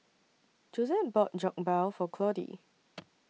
Josette bought Jokbal For Claudie